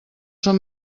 són